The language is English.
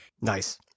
Nice